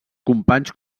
companys